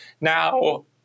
now